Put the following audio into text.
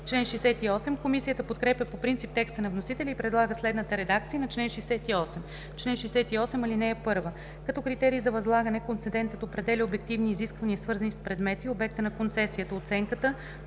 Комисията подкрепя по принцип текста на вносителя и предлага следната редакция на чл. 68: „Чл. 68. (1) Като критерии за възлагане концедентът определя обективни изисквания, свързани с предмета и обекта на концесията, оценката